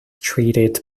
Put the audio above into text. treated